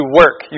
work